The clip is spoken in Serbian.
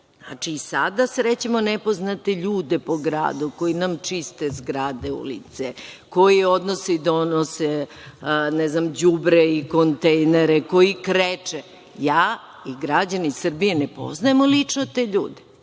znači i sada srećemo nepoznate ljude po gradu, koji nam čiste zgrade, ulice, koji odnose i donose, ne znam đubre i kontejnere, koji kreče. Ja i građani Srbije ne poznajemo lično te ljude.